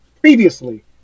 previously